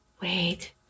Wait